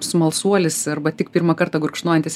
smalsuolis arba tik pirmą kartą gurkšnojantis